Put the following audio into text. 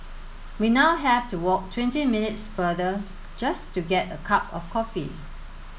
we now have to walk twenty minutes farther just to get a cup of coffee